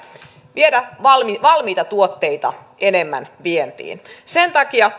viedä valmiita valmiita tuotteita enemmän vientiin sen takia